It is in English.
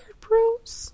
Bruce